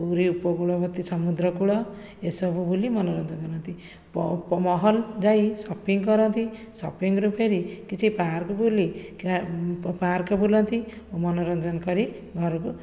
ପୁରୀ ଉପକୂଳବର୍ତ୍ତୀ ସମୁଦ୍ରକୁଳ ଏସବୁ ବୁଲି ମନୋରଞ୍ଜନ କରନ୍ତି ପବ୍ ମହଲ ଯାଇ ସପିଙ୍ଗ କରନ୍ତି ସପିଙ୍ଗରୁ ଫେରି କିଛି ପାର୍କ ବୁଲି କେ ପାର୍କ ବୁଲନ୍ତି ଓ ମନୋରଞ୍ଜନ କରି ଘରକୁ